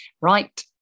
right